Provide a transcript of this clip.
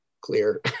clear